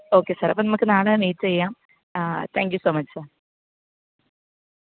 ഒക്കെ സാർ അപ്പം നമുക്ക് നാളെ മീറ്റ് ചെയ്യാം thank you so much sir